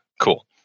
Cool